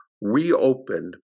reopened